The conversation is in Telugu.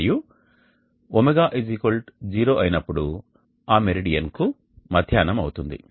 మరియు ω 0 అయినప్పుడు ఆ మెరిడియన్ కు మధ్యాహ్నం అవుతుంది